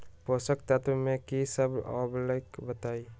पोषक तत्व म की सब आबलई बताई?